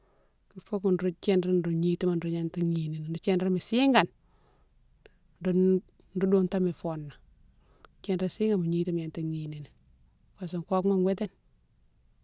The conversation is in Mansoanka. Fogo nro thidrine nro gnitima nro gnata gni ni, nro thidrine siganan, nro, nro doutane ifona, thidrine sigane mo gnitima mo gnata gnini ni, parce que kokouma witine.